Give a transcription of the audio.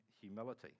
humility